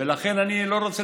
אני לא שכחתי את זה,